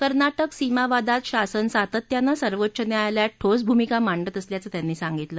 कर्नाटक सीमा वादात शासन सातत्याने सर्वोच्च न्यायालयात ठोस भूमिका मांडत असल्याचं त्यांनी सांगितलं